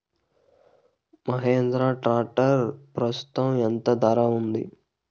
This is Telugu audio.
మహీంద్రా ట్రాక్టర్ ప్రస్తుతం ఎంత ధర ఉంది?